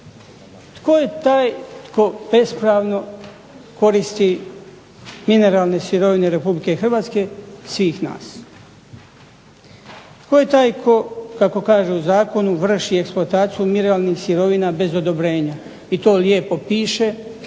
Tko je taj tko bespravno koristi mineralne sirovine RH svih nas? Tko je taj kako kažu u zakonu vrši eksploataciju mineralnih sirovina bez odobrenja? I to lijepo piše i tako